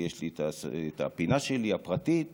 ויש לי הפינה הפרטית שלי,